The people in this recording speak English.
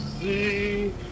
see